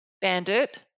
Bandit